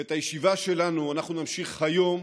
ואת הישיבה שלנו אנחנו נמשיך היום